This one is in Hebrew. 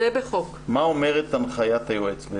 מה אומרת הנחיית היועץ בעצם?